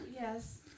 Yes